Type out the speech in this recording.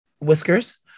Whiskers